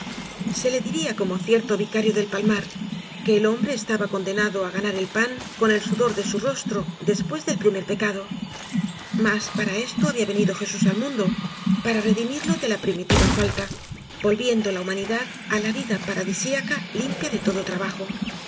se le diría como cierto vicario del palmar que el hombre estaba condenado á ganar el pan con el sudor de su rostro después del primer pecado mas para esto había venido jesús al mundo para redimirlo de la primitiva falta volviendo la humanidad á la vida paradisíaca limpia de todo trabajo